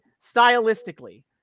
stylistically